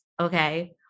Okay